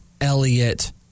Elliot